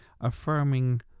affirming